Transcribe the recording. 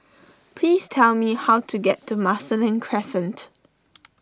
please tell me how to get to Marsiling Crescent